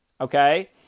Okay